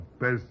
best